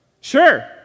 Sure